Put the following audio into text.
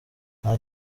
nta